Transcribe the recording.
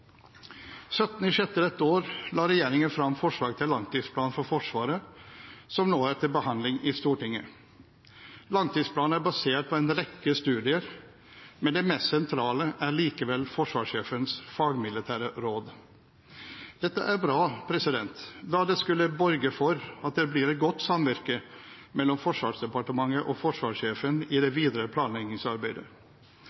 år la regjeringen fram forslag til langtidsplan for Forsvaret, som nå er til behandling i Stortinget. Langtidsplanen er basert på en rekke studier, men det mest sentrale er likevel forsvarssjefens fagmilitære råd. Dette er bra, da det skulle borge for at det blir et godt samvirke mellom Forsvarsdepartementet og forsvarssjefen i det